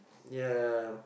ya